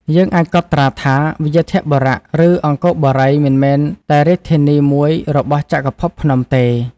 យើងអាចកត់ត្រាថា វ្យាធបុរៈ ឬ អង្គរបូរីមិនមែនតែ រាជធានីមួយរបស់ចក្រភពភ្នំទេ ។